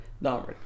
No